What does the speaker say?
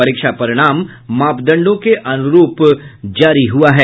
परीक्षा परिणाम मापदंडों के अनुरूप जारी हुआ है